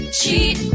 cheat